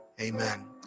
Amen